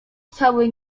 cały